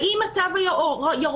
האם התו הירוק,